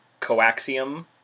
coaxium